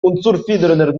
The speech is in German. unzufriedener